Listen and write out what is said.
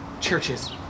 churches